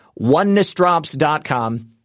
onenessdrops.com